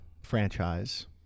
franchise